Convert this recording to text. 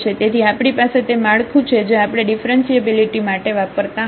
તેથી આપણી પાસે તે માળખું છે જે આપણે ડીફરન્સીએબિલિટી માટે વાપરતા હતા